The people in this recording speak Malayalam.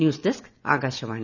news desk Akashvani